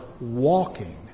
walking